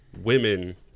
women